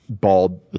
bald